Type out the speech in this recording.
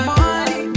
money